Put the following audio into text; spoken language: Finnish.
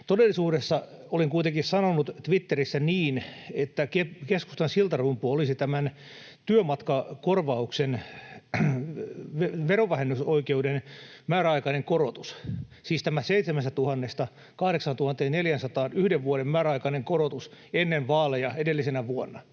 Todellisuudessa olen kuitenkin sanonut Twitterissä niin, että keskustan siltarumpu olisi tämän työmatkakorvauksen verovähennysoikeuden määräaikainen korotus, siis tämä yhden vuoden määräaikainen korotus 7 000:sta 8 400:aan ennen vaaleja, edellisenä vuonna.